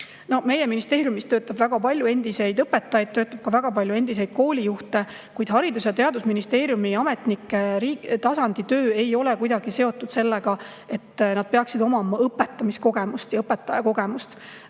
Meie ministeeriumis töötab väga palju endiseid õpetajaid, töötab ka väga palju endiseid koolijuhte. Kuid Haridus- ja Teadusministeeriumi ametnike tasandi töö ei ole kuidagi seotud sellega, et nad peaksid omama õpetamiskogemust ja õpetajakogemust.